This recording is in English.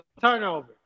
turnover